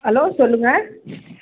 hello சொல்லுங்கள்